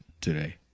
today